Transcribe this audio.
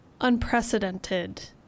unprecedented